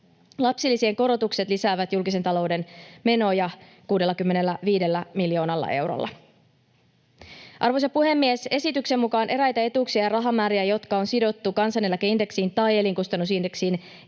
Lapsilisien korotukset lisäävät julkisen talouden menoja 65 miljoonalla eurolla. Arvoisa puhemies! Esityksen mukaan eräitä etuuksia ja rahamääriä, jotka on sidottu kansaneläkeindeksiin tai elinkustannusindeksiin,